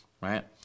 right